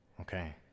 Okay